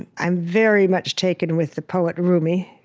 and i'm very much taken with the poet rumi,